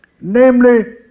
namely